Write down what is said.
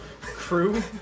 Crew